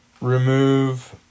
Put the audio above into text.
remove